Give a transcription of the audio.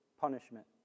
punishment